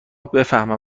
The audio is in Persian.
بفهمن